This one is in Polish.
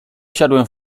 wsiadłem